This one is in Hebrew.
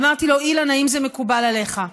אמרתי לו: אילן, האם זה מקובל עליך?